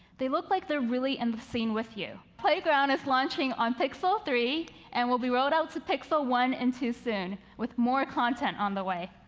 they look like they're really in the scene with you. playground is launching on pixel three and will be rolled out to pixel one and soon with more content on the way.